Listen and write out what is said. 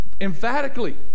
emphatically